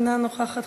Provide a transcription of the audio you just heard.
אינה נוכחת,